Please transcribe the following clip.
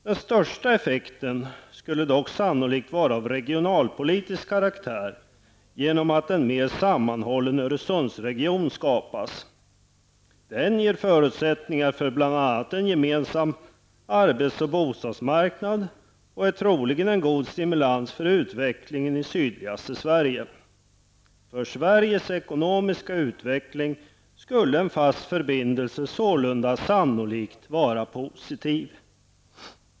Den största effekten skulle dock sannolikt vara av regionalpolitisk karaktär genom att en mer sammanhållen Öresundsregion skapas. Den ger förutsättningar för bl.a. en gemensam arbets och bostadsmarknad och är troligen en god stimulans för utvecklingen i sydligaste Sverige. För Sveriges ekonomiska utveckling skulle en fast förbindelse sålunda sannolikt vara positiv.